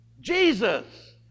Jesus